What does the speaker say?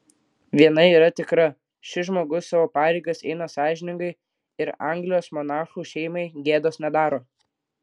viena yra tikra šis žmogus savo pareigas eina sąžiningai ir anglijos monarchų šeimai gėdos nedaro